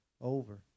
over